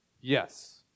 yes